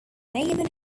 nathan